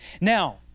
Now